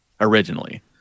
originally